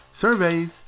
Surveys